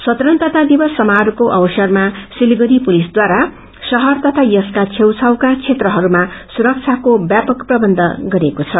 स्वतंत्रता दिवस समारोहको अवसरमा सिलगढ़ी पुलिसढारा शहर तथा यसका छेउछाउका क्षेत्रहरूमा सुरक्षाको ब्यापक प्रबन्ध गरिएको छ